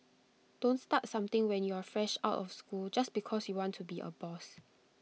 don't start something when you're fresh out of school just because you want to be A boss